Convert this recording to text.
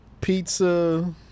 pizza